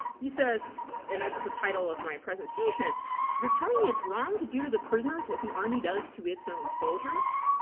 he says and that's the title of my presentation you're telling me it's wrong to do to the prisoners what the army does to its own soldiers?